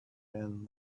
man